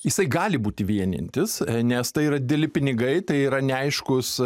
jisai gali būti vienijantis nes tai yra dideli pinigai tai yra neaiškūs